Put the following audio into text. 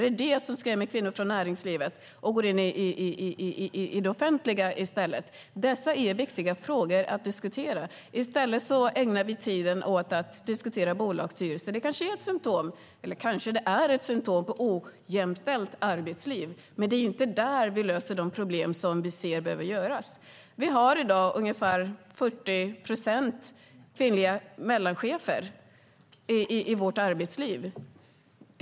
Är det detta som skrämmer kvinnor från näringslivet och gör att de i stället går till den offentliga sektorn? Detta är viktiga frågor att diskutera, men i stället ägnar vi tid åt att diskutera bolagsstyrelser. Det är ett symtom på ett ojämställt arbetsliv, men det är inte där vi löser de problem som behöver lösas. Vi har i dag ungefär 40 procent kvinnliga mellanchefer i vårt arbetsliv.